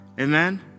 Amen